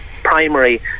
primary